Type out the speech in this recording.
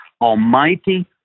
Almighty